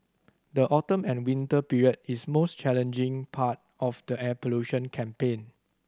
the autumn and winter period is the most challenging part of the air pollution campaign